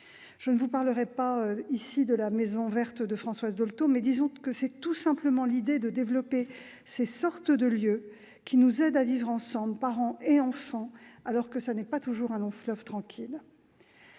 Je ne vous parlerai pas ici de la « maison verte » de Françoise Dolto, mais disons que l'idée est tout simplement de développer ces sortes de lieux qui nous aident à vivre ensemble, parents et enfants, alors que ce n'est pas toujours un long fleuve tranquille